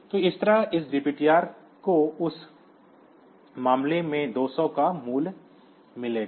तो इस तरह इस DPTR को उस मामले में 200 का मूल्य मिलेगा